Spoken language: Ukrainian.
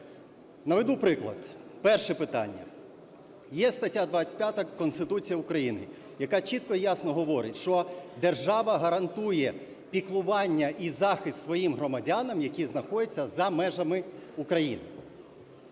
Наведу приклад. Перше питання. Є стаття 25 Конституції України, яка чітко і ясно говорить, що держава гарантує піклування і захист своїм громадянам, які знаходяться за межами України.